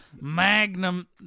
magnum